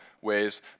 ways